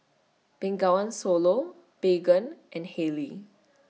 Bengawan Solo Baygon and Haylee